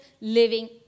living